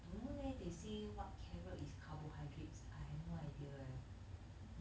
don't know leh they say what carrot is carbohydrates I have no idea leh